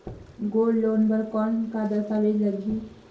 Gold loan बर कौन का दस्तावेज लगही?